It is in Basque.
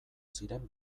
ziren